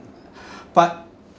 but